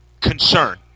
concern